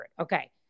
Okay